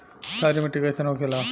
क्षारीय मिट्टी कइसन होखेला?